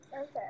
Okay